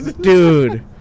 dude